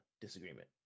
disagreement